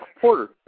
Porter